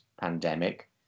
pandemic